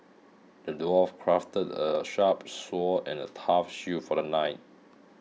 the dwarf crafted a sharp sword and a tough shield for the knight